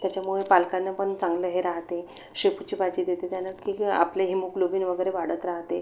त्याच्यामुळे पालकानंपण चांगलं हे राहते शेपूची भाजी देते त्यांना की हे आपले हिमोग्लोबिन वगैरे वाढत राहते